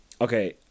okay